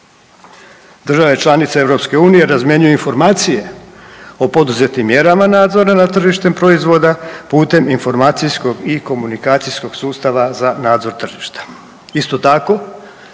Države članice EU razmjenjuju informacije o poduzetim mjerama nadzora nad tržištem proizvoda putem informacijskog i komunikacijskog sustava za nadzor tržišta. Isto tako